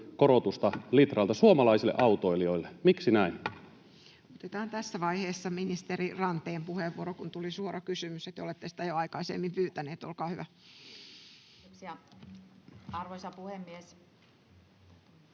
koputtaa] suomalaisille autoilijoille? Miksi näin? Otetaan tässä vaiheessa ministeri Ranteen puheenvuoro, kun tuli suora kysymys ja te olette sitä jo aikaisemmin pyytänyt. — Olkaa hyvä. Kiitoksia, arvoisa puhemies!